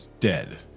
dead